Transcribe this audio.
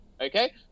okay